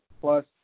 plus